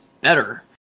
better